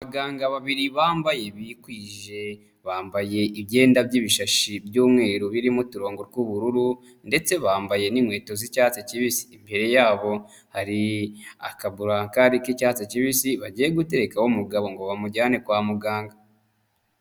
Abaganga babiri bambaye bikwije bambaye imyenda by'ibishashi by'umweru birimo uturongo tw'ubururu ndetse bambaye n'inkweto z'icyatsi kibisi, imbere yabo hari akabulankari k'icyatsi kibisi bagiye guterekaho umugabo ngo bamujyane kwa muganga.